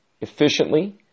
efficiently